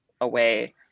away